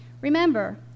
Remember